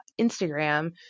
Instagram